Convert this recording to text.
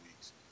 weeks